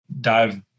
dive